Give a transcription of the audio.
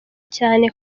cyane